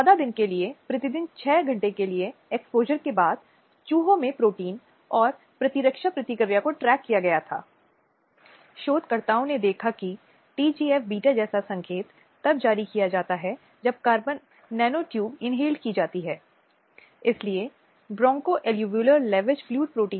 सेवा प्रदाताओं को सामाजिक जरूरतों को पूरा करने के लिए सेवाएं प्रदान करना जैसे कि शिक्षा स्वास्थ्य भोजन और सुरक्षा आपदा प्रबंधन तैयारियों और आपातकालीन प्रतिक्रियाओं को लागू करना आदि